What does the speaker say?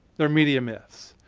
they're media myths.